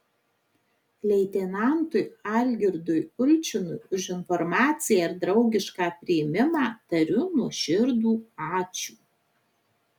leitenantui algirdui ulčinui už informaciją ir draugišką priėmimą tariu nuoširdų ačiū